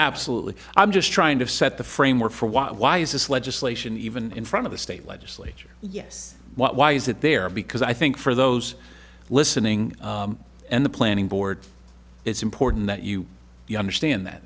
absolutely i'm just trying to set the framework for why why is this legislation even in front of the state legislature yes why is it there because i think for those listening and the planning board it's important that you understand that